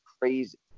crazy